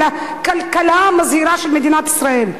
על "הכלכלה המזהירה של מדינת ישראל".